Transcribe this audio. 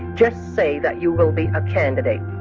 just say that you will be a candidate